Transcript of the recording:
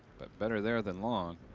but better there than long.